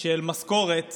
של משכורת